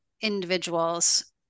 individuals